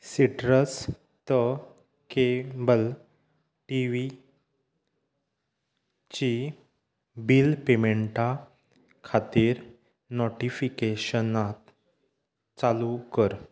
citrus त cable T V ची bill पेमेंटा खातीर नोटिफिकेशनांत चालू कर